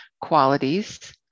qualities